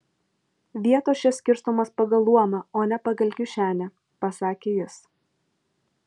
vietos čia skirstomos pagal luomą o ne pagal kišenę pasakė jis